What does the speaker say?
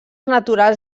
naturals